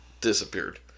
disappeared